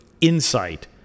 insight